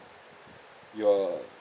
you're